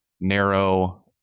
narrow